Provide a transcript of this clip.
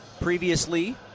Previously